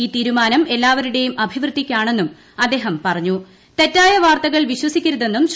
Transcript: ഈ തീരുമാനം എല്ലാവരുടെയുക്ക് അഭിവൃദ്ധിക്കാണെന്നും അദ്ദേഹം തെറ്റായ്ടപ്പാർത്തകൾവിശ്വസിക്കരുതെന്നും പറഞ്ഞു